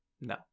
No